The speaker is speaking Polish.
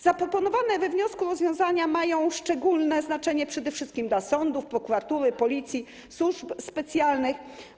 Zaproponowane we wniosku rozwiązania mają szczególne znaczenie przede wszystkim dla sądów, prokuratury, Policji, służb specjalnych.